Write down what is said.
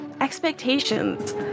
expectations